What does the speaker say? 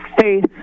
faith